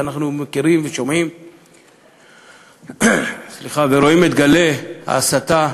אנחנו מכירים ושומעים ורואים את גלי ההסתה,